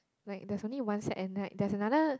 like there's only one set and like there's another